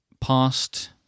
past